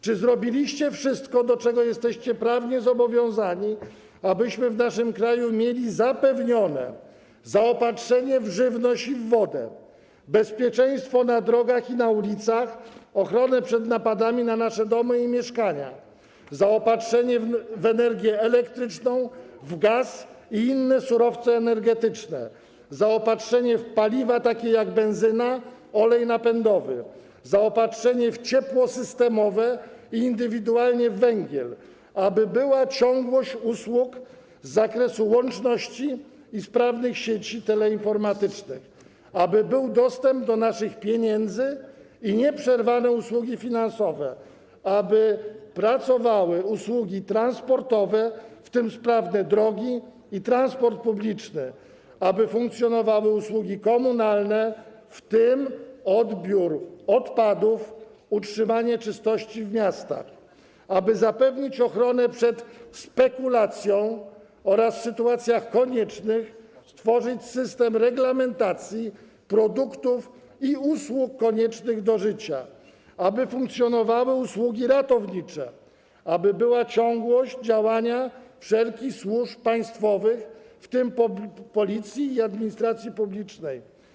Czy zrobiliście wszystko, do czego jesteście prawnie zobowiązani, abyśmy w naszym kraju mieli zapewnione zaopatrzenie w żywność i w wodę, bezpieczeństwo na drogach i na ulicach, ochronę przed napadami na nasze domy i mieszkania, zaopatrzenie w energię elektryczną, w gaz i inne surowce energetyczne, zaopatrzenie w takie paliwa, jak benzyna, olej napędowy, zaopatrzenie w ciepło systemowe i indywidualnie w węgiel; aby była ciągłość usług z zakresu łączności i sprawnych sieci teleinformatycznych; aby był dostęp do naszych pieniędzy i nieprzerwane usługi finansowe; aby pracowały usługi transportowe, w tym sprawne drogi i transport publiczny; aby funkcjonowały usługi komunalne, w tym odbiór odpadów, utrzymanie czystości w miastach; aby zapewnić ochronę przed spekulacją oraz w sytuacjach koniecznych stworzyć system reglamentacji produktów i usług koniecznych do życia; aby funkcjonowały usługi ratownicze; aby była ciągłość działania wszelkich służb państwowych, w tym Policji i administracji publicznej?